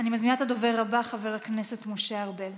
חבר הכנסת משה ארבל.